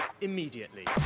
immediately